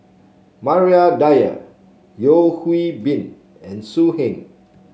Maria Dyer Yeo Hwee Bin and So Heng